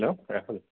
hello ৰাখো